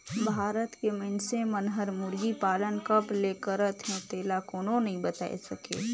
भारत के मइनसे मन हर मुरगी पालन कब ले करत हे तेला कोनो नइ बताय सके